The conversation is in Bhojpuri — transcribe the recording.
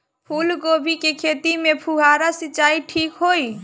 फूल गोभी के खेती में फुहारा सिंचाई ठीक होई?